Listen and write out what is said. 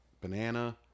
Banana